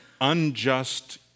unjust